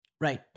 Right